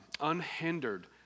unhindered